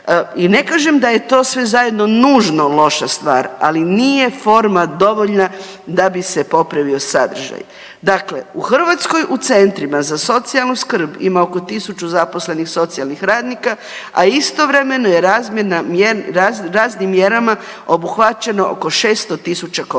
i ne kažem da je to sve zajedno nužno loša stvar, ali nije forma dovoljna da bi se popravio sadržaj. Dakle, u Hrvatskoj u centrima za socijalnu skrb ima oko 1000 zaposlenih socijalnih radnika, a istovremeno je raznim mjerama obuhvaćeno oko 600.000 korisnika.